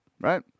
right